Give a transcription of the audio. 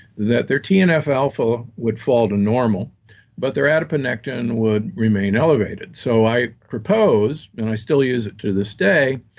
that their tnf alpha would fall to normal but their adiponectin would remain elevated. so i proposed, and i still use it to this day,